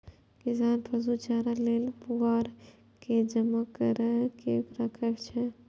किसान पशु चारा लेल पुआर के जमा कैर के राखै छै